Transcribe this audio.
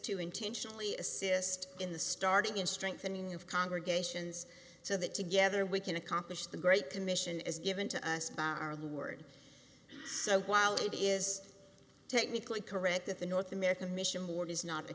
to intentionally assist in the starting in strengthening of congregations so that together we can accomplish the great commission is given to us by our lord so while it is technically correct that the north american mission morn is not a